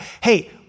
Hey